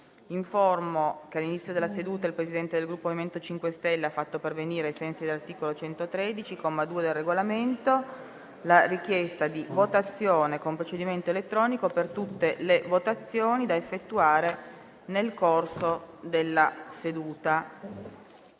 che all'inizio della seduta il Presidente del Gruppo MoVimento 5 Stelle ha fatto pervenire, ai sensi dell'articolo 113, comma 2, del Regolamento, la richiesta di votazione con procedimento elettronico per tutte le votazioni da effettuare nel corso della seduta.